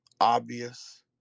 obvious